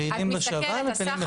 פעילים בשב"ן ופעילים בחברת ביטוח.